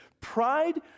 Pride